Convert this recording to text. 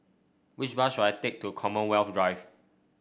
which bus should I take to Commonwealth Drive